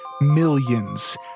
millions